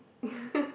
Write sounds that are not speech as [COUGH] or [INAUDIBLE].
[LAUGHS]